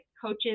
coaches